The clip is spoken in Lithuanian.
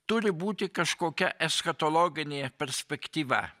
turi būti kažkokia eschatologinė perspektyva